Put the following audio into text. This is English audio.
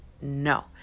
no